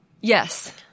Yes